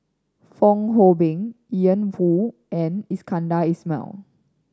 Fong Hoe Beng Ian Woo and Iskandar Ismail